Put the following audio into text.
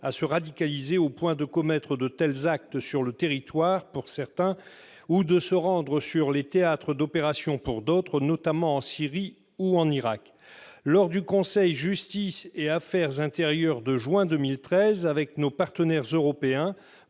à se radicaliser au point de commettre de tels actes sur le territoire, pour certains, ou de se rendre sur les théâtres d'opérations, pour d'autres, notamment en Syrie ou en Irak. Lors du conseil Justice et affaires intérieures de juin 2013, votre prédécesseur Mme